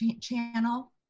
channel